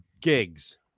gigs